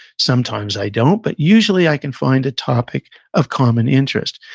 sometimes, i don't, but, usually, i can find a topic of common interest.